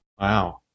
Wow